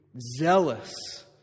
zealous